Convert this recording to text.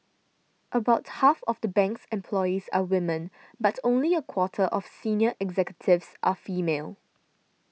about half of the bank's employees are women but only a quarter of senior executives are female